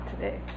today